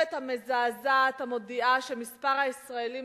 הכתובת המזעזעת המודיעה שמספר הישראלים